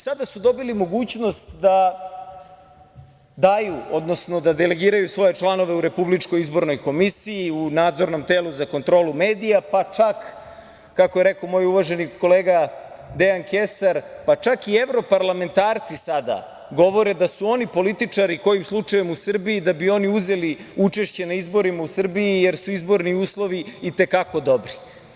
Sada su dobili mogućnost da daju, odnosno da delegiraju svoje članove u RIK-u, u nadzornom telu za kontrolu medija, pa čak, kako je rekao moj uvaženi kolega Dejan Kesar, pa čak i evroparlamentarci sada govore da su oni političari kojim slučajem u Srbiji da bi oni uzeli učešće na izborima u Srbiji jer su izborni uslovi i te kako dobri.